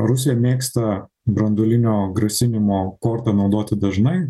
rusija mėgsta branduolinio grasinimo kortą naudoti dažnai